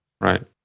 Right